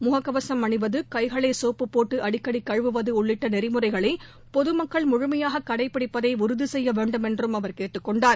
முக கவசம் அணிவது கை களை சோப்புப்போட்டு அடிக்கடி கழுவுவது உள்ளிட்ட நெறிமுறைகளை பொதுமக்கள் முழுமையாக கடைபிடிப்பதை உறுதி செய்ய வேண்டுமென்றும் அவர் கேட்டுக் கொண்டார்